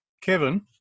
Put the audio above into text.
Kevin